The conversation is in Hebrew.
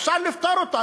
אפשר לפתור אותה.